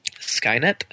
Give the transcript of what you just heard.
Skynet